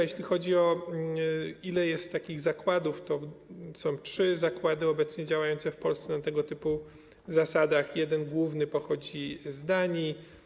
Jeśli chodzi o to, ile jest takich zakładów, to są z grubsza trzy zakłady obecnie działające w Polsce na tego typu zasadach, jeden główny pochodzi z Danii.